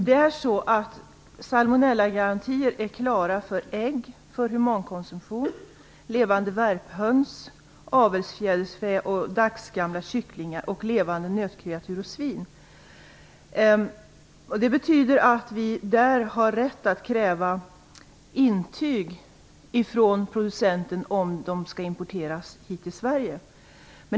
Fru talman! Salmonellagarantier är klara för ägg för humankomsumtion, levande värphöns, avelsfjäderfä, dagsgamla kycklingar och levande nötkreatur och svin. Det betyder att vi i dessa fall har rätt att kräva intyg från producenten om det gäller import till Sverige.